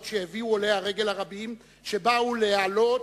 שהביאו עולי הרגל הרבים שבאו לעלות,